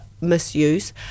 misuse